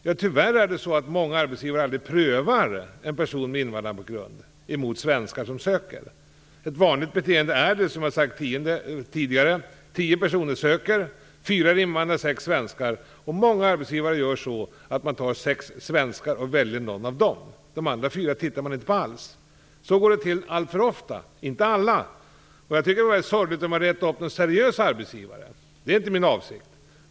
Jo, tyvärr är det många arbetsgivare som aldrig prövar en person med invandrarbakgrund mot svenskar som söker. Antag att det är att tio personer som söker - fyra är invandrare, sex svenskar. Många arbetsgivare tittar då närmare på de sex svenskarna och väljer någon av dem. De övriga fyra tittar man inte på alls. Så går det till alltför ofta, även om det inte alltid är så. Det vore sorgligt om jag retade upp någon seriös arbetsgivare - det är inte min avsikt.